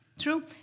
true